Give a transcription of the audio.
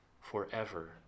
forever